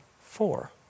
four